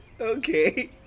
Okay